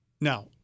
Now